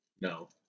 No